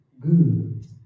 good